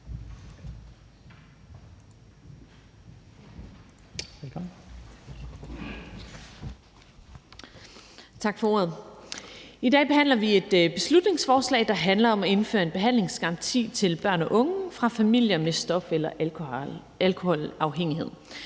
I dag behandler vi et beslutningsforslag, der handler om at indføre en behandlingsgaranti til børn og unge fra familier med stof- eller alkoholafhængighed.